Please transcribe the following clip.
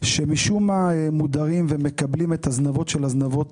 שמשום מה מודרים ומקבלים את הזנבות של הזנבות